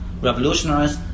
revolutionaries